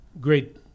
Great